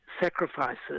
sacrifices